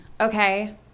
Okay